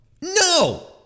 no